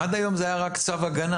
עד היום זה היה רק צו הגנה.